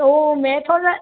तो मैं